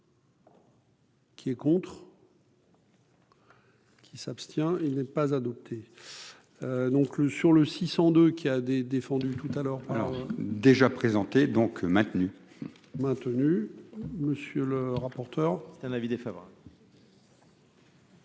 Qui est contre. Qui s'abstient, il n'est pas adopté, donc le sur le 600 de qui a défendu tout à l'heure. Alors déjà présenté donc maintenu. Maintenu, monsieur le rapporteur, c'est un avis défavorable.